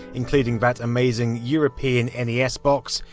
including that amazing european and yeah nes box,